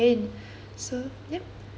so yup so